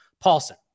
Paulson